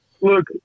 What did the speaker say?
look